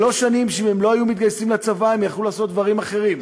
שלוש שנים שבהן אם הם לא היו מתגייסים לצבא הם יכלו לעשות דברים אחרים,